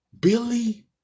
Billy